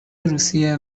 روسیه